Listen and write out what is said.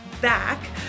back